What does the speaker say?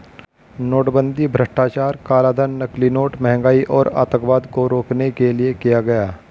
नोटबंदी भ्रष्टाचार, कालाधन, नकली नोट, महंगाई और आतंकवाद को रोकने के लिए किया गया